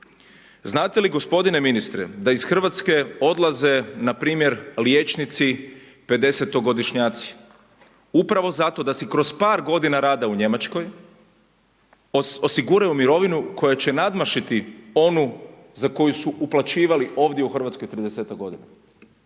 Znate li gospodine ministre da iz Hrvatske odlaze npr. liječnici 50-to godišnjaci upravo zato da si kroz par godina rada u Njemačkoj osiguraju mirovinu koja će nadmašiti onu za koju su uplaćivali ovdje u Hrvatskoj 30-tak godina?